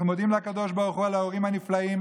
אנחנו מודים לקדוש ברוך הוא על ההורים הנפלאים.